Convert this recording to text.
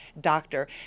doctor